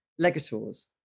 legators